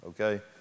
Okay